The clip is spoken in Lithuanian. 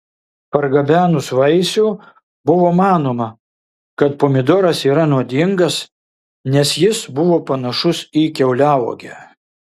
pargabenus vaisių buvo manoma kad pomidoras yra nuodingas nes jis buvo panašus į kiauliauogę